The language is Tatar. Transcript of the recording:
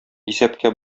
исәпкә